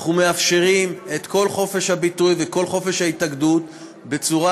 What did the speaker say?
אנחנו מאפשרים את כל חופש הביטוי ואת כל חופש ההתאגדות בצורה,